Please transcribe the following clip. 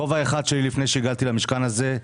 כובע אחד שלי לפני שהגעתי למשכן הזה,